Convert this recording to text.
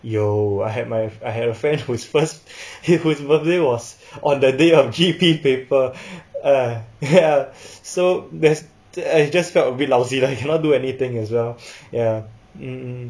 有 I had my I had a friend whose first whose birthday was on the day of G_P paper ah ya so that's that uh he just felt a bit lousy lah he cannot do anything as well ya